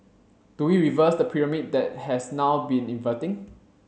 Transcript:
do we reverse the pyramid that has now been inverting